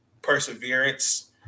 perseverance